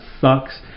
sucks